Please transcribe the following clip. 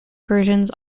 versions